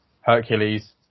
hercules